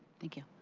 thank you.